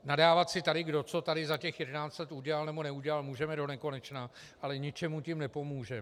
Nadávat si tady, kdo co tady za jedenáct let udělal nebo neudělal, můžeme donekonečna, ale ničemu tím nepomůžeme.